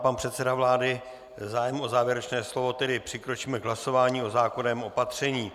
Pan předseda vlády nemá zájem o závěrečné slovo, tedy přikročíme k hlasování o zákonném opatření.